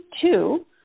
two